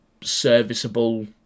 serviceable